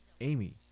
Amy